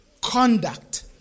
conduct